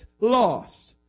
loss